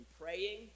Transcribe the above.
praying